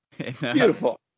Beautiful